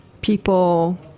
people